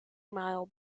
mile